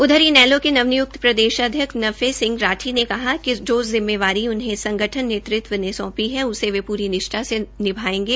उधर इनेलो के नवनिय्क्त प्रदेशाध्यक्ष नफे सिंह राठी ने कहा कि जो जिम्मेवारी उन्हें संगठन नेतृत्व ने सौंपी है उसे वे पूरी निष्ठा से निभाएंगे